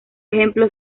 ejemplo